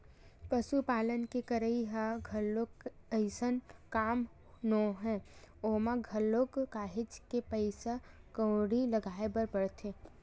पसुपालन के करई ह घलोक अइसने काम नोहय ओमा घलोक काहेच के पइसा कउड़ी लगाय बर परथे